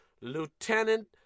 Lieutenant